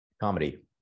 Comedy